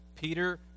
Peter